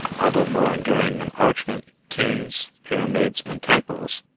although more enduring than parchment, tombs, pyramids, and temples,